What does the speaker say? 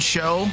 Show